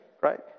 right